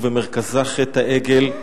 ובמרכזה חטא העגל,